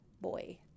boy